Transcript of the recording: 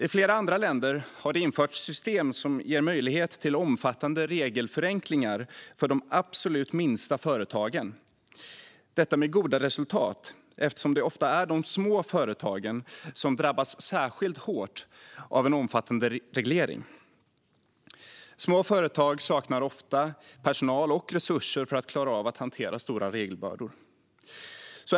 I flera andra länder har det införts system som ger möjlighet till omfattande regelförenklingar för de absolut minsta företagen. Detta har gett goda resultat, eftersom det ofta är de små företagen som drabbas särskilt hårt av en omfattande reglering. Små företag saknar ofta personal och resurser för att klara av att hantera stora regelbördor.